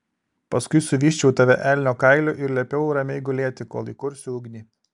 paskui suvysčiau tave elnio kailiu ir liepiau ramiai gulėti kol įkursiu ugnį